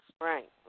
right